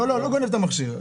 לא גונב את המכשיר.